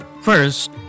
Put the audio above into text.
First